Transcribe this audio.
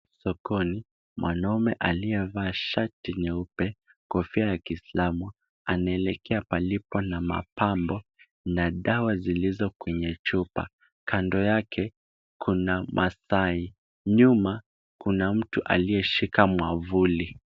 Sokoni, mwanaume aliyevaa shati nyeupe, kofia ya kiislamu anaelekea palipo na mapambo na dawa zilizo kwenye chupa, kando yake kuna mastahi , nyuma kuna mtu aliyeshika mwavuli.